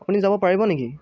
আপুনি যাব পাৰিব নেকি